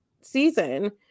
season